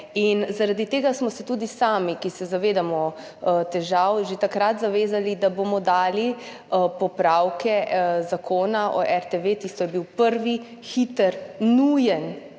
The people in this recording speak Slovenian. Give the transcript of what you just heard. Zaradi tega smo se tudi sami, ki se zavedamo težav, že takrat zavezali, da bomo dali popravke Zakona o RTV, tisto je bil prvi, hiter, nujen